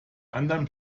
anderen